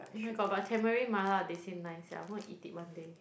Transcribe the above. oh my god but tamarind mala they say nice sia I'm gonna eat it one day